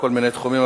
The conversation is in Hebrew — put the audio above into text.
בכל מיני תחומים,